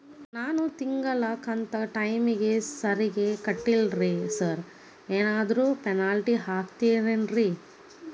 ನಾನು ತಿಂಗ್ಳ ಕಂತ್ ಟೈಮಿಗ್ ಸರಿಗೆ ಕಟ್ಟಿಲ್ರಿ ಸಾರ್ ಏನಾದ್ರು ಪೆನಾಲ್ಟಿ ಹಾಕ್ತಿರೆನ್ರಿ?